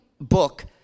book